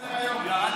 ירד